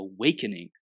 awakening